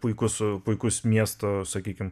puikus puikus miesto sakykim